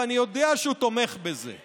ואני יודע שהוא תומך בזה.